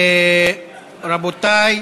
רבה.